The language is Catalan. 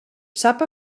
sap